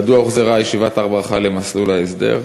2. מדוע הוחזרה ישיבת "הר ברכה" למסלול ההסדר?